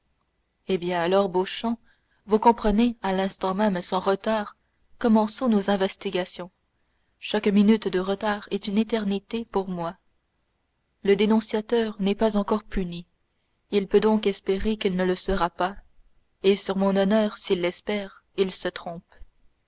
eh bien alors beauchamp vous comprenez à l'instant même sans retard commençons nos investigations chaque minute de retard est une éternité pour moi le dénonciateur n'est pas encore puni il peut donc espérer qu'il ne le sera pas et sur mon honneur s'il l'espère il se trompe